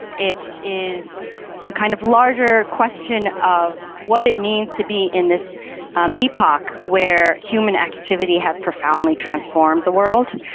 it is a kind of larger question of what it means to be in this um epoch where human activity has profoundly transformed the world.